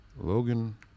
Logan